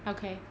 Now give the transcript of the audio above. okay